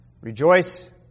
Rejoice